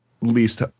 least